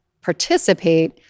participate